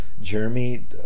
Jeremy